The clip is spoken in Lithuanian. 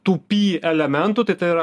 tų pi elementų tai tai yra